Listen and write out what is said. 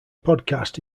podcast